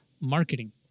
marketing